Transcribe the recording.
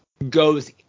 goes